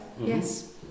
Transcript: yes